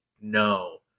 No